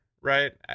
right